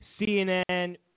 CNN